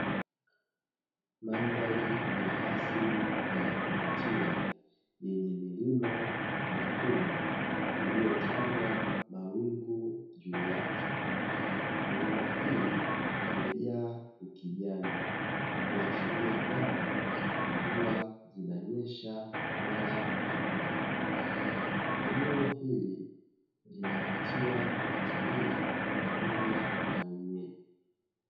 Mandhari ya asili na ya kuvutia yenye milima mikubwa iliyotandwa mawingu juu yake. Milima hii imejaa ukijani kuashiria kwamba mvua zinanyesha mara kwa mara. Eneo hili linavutia watalii pamoja na wenyeji.